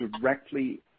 directly